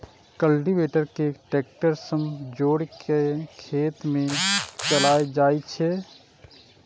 cultivator कें tractor सं जोड़ि कें खेत मे चलाएल जाइ छै